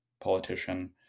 politician